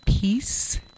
peace